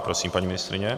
Prosím, paní ministryně.